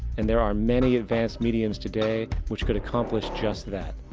and there are many advanced mediums today which could accomplish just that,